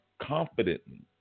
confidently